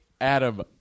Adam